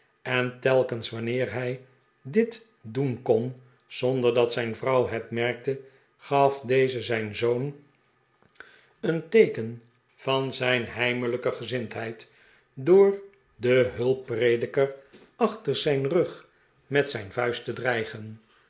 en telkens wanneer hij dit doen kon zonder dat zijn vrouw hemerkte gaf deze zijn zoon een teeken van zijn heimelijke gezindheid door den hulpprediker achter zijn rug met zijn vuist te dreigen